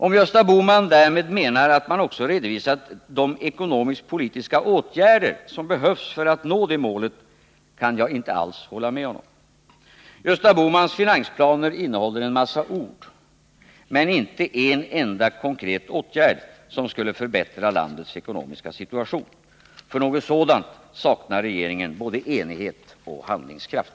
Om Gösta Bohman därmed menar att man också redovisat de ekonomiskpolitiska åtgärder som behövs för att nå det målet kan jag inte alls hålla med honom. Gösta Bohmans finansplaner innehåller en massa ord men inte ett enda konkret förslag till åtgärd som skulle förbättra landets ekonomiska situation. För något sådant saknar regeringen både enighet och handlingskraft.